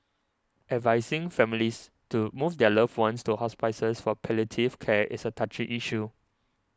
advising families to move their loved ones to hospices for palliative care is a touchy issue